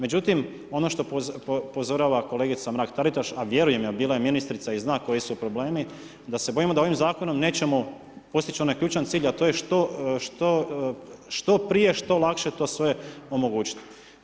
Međutim, ono što upozorava kolegica Mrak Taritaš, a vjerujem ja, bila je ministrica i zna koji su problemi, da se bojimo da ovim zakonom, nećemo postići onaj ključan cilj, a to je što prije, što lakše to sve omogućiti.